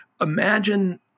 imagine